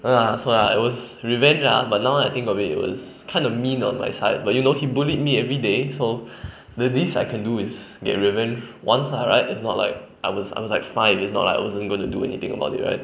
no ah so ah I was revenge ah but now I think about it it was kind of mean on my side but you know he bullied me everyday so the least I can do is get revenge once ah right is not like I was I was like five wasn't like I was going to do anything about it right